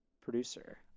producer